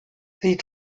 sie